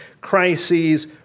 crises